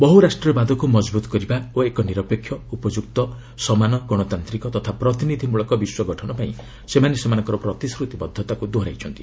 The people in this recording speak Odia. ବହୁରାଷ୍ଟ୍ରୀୟବାଦକୁ ମଜବୁତ କରିବା ଓ ଏକ ନିରପେକ୍ଷ ଉପଯୁକ୍ତ ସମାନ ଗଣତାନ୍ତିକ ତଥା ପ୍ରତିନିଧି ମୂଳକ ବିଶ୍ୱ ଗଠନ ପାଇଁ ସେମାନେ ସେମାନଙ୍କର ପ୍ରତିଶ୍ରତିବଦ୍ଧତାକୁ ଦୋହରାଇଛନ୍ତି